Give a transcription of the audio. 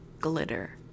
glitter